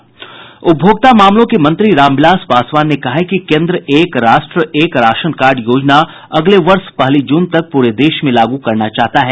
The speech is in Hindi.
उपभोक्ता मामलों के मंत्री रामविलास पासवान ने कहा है कि केंद्र एक राष्ट्र एक राशन कार्ड योजना अगले वर्ष पहली जून तक पूरे देश में लागू करना चाहता है